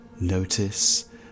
Notice